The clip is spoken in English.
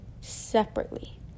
separately